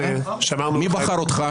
מי בחר אותך?